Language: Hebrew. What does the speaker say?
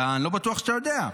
אני לא בטוח שאתה יודע.